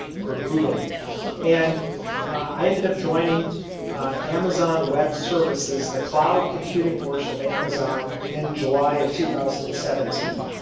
google and i ended up joining amazon web services, the cloud computing portion of amazon in july of two thousand and seventeen.